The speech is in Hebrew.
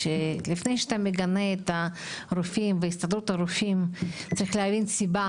לפני שאתה מגנה את הרופאים והסתדרות הרופאים צריך להבין את הסיבה.